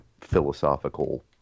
philosophical